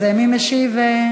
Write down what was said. אז מי משיב?